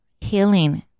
healing